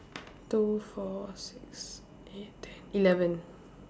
two four six eight ten eleven